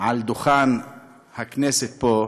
אל דוכן הכנסת פה,